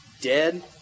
Dead